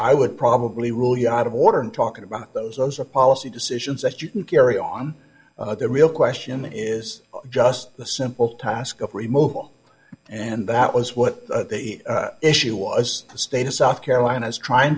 i would probably rule you out of order and talking about those those are policy decisions that you can carry on the real question is just the simple task of removal and that was what issue was the status of carolina's trying